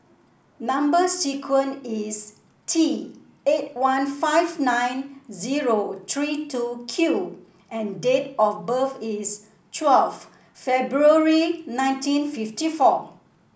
number sequence is T eight one five nine zero three two Q and date of birth is twelve February nineteen fifty four